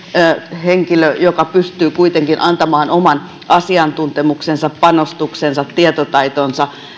henkilö joka pystyy antamaan oman asiantuntemuksensa panostuksensa tietotaitonsa